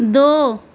دو